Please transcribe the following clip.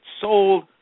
sold